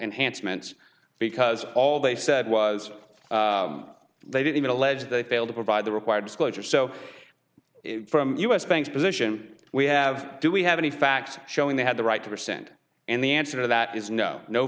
and hance meant because all they said was they didn't even allege they failed to provide the required disclosure so from us banks position we have do we have any facts showing they have the right to resend and the answer to that is no no